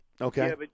Okay